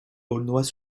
aulnois